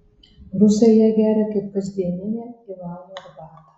rusai ją geria kaip kasdieninę ivano arbatą